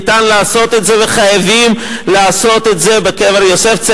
ניתן לעשות את זה וחייבים לעשות את זה בקבר יוסף.